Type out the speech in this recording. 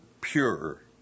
pure